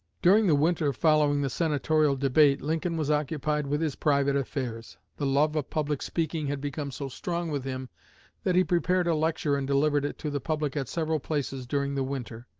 during the winter following the senatorial debate lincoln was occupied with his private affairs. the love of public speaking had become so strong with him that he prepared a lecture and delivered it to the public at several places during the winter.